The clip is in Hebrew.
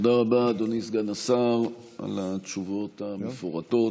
תודה רבה, אדוני סגן השר, על התשובות המפורטות.